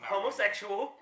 Homosexual